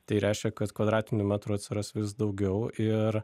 tai reiškia kad kvadratinių metrų atsiras vis daugiau ir